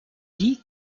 dit